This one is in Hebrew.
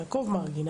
יעקב מרגי,